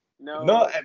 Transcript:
No